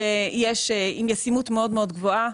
עם ישימות מאוד גבוהה.